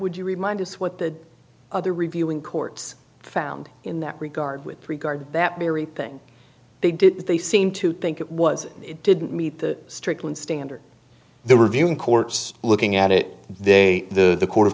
would you remind us what the other reviewing courts found in that regard with regard to that very thing they did they seem to think it was it didn't meet the strickland standard the reviewing courts looking at it they the